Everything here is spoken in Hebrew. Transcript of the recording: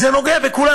זה נוגע בכולם.